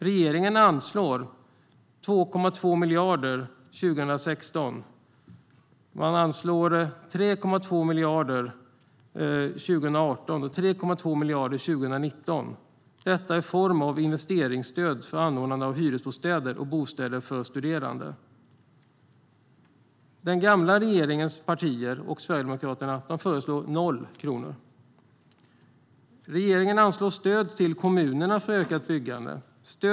Regeringen anslår 2,2 miljarder för 2016, 3,2 miljarder för 2018 och 3,2 miljarder för 2019, i form av investeringsstöd för anordnande av hyresbostäder och bostäder för studerande. Den gamla regeringens partier och Sverigedemokraterna föreslår noll kronor. Regeringen anslår stöd till kommunerna för ökat byggande.